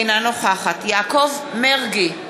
אינה נוכחת יעקב מרגי,